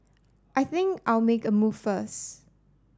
I think I'll make a move first